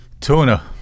Tuna